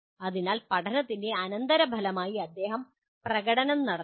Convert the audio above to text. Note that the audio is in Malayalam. അതിനാൽ പഠനത്തിൻ്റെ അനന്തരഫലമായി അദ്ദേഹം പ്രകടനം നടത്തണം